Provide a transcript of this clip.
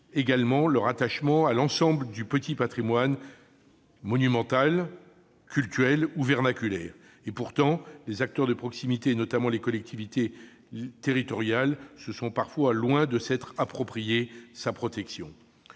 mais également à l'ensemble du petit patrimoine monumental, cultuel ou vernaculaire. Pourtant, les acteurs de proximité, notamment les collectivités territoriales, sont parfois loin de s'être approprié sa protection.